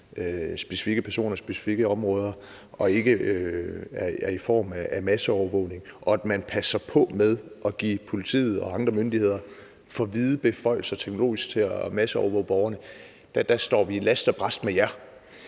specifikke personer og specifikke områder og ikke er i form af masseovervågning, og at sikre, at man passer på med at give politiet og andre myndigheder for vide teknologiske beføjelser til at masseovervåge borgerne, står vi last og brast med jer.